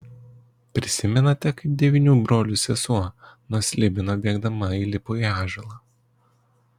prisimenate kaip devynių brolių sesuo nuo slibino bėgdama įlipo į ąžuolą